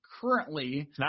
Currently